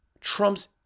trumps